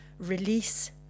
release